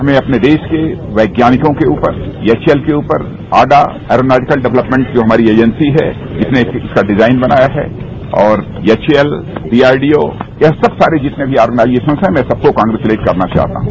हमें अपने देश के वैज्ञानिकों के ऊपर एचएएल के ऊपर आडा एरोनॉटिकल डेवलेपमेंट जो हमारी एजेंसी है जिसने इसका डिजाइन बनाया है और एचएएल डीआरडीओ ये सब सारे जितने भी आर्गेनाइजेशन्स है मैं सबको कन्ग्रैचलैट करना चाहता हूं